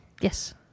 Yes